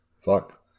fuck